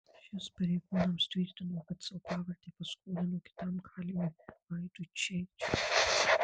šis pareigūnams tvirtino kad savo pavardę paskolino kitam kaliniui vaidui čėčiui